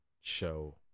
show